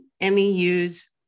MEUs